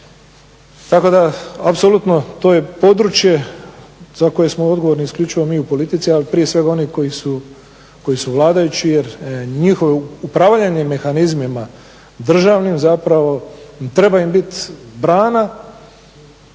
Tako da apsolutno to je područje za koje smo odgovorni isključivo mi u politici, ali prije svega oni koji su vladajući. Jer njihovo upravljanje mehanizmima državnim zapravo, treba im biti brana